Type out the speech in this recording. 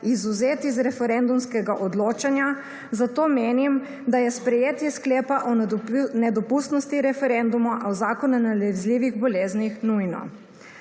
izvzet iz referendumskega odločanja, zato menim, da je sprejetje sklepa o nedopustnosti referenduma o Zakonu o nalezljivih boleznih nujno.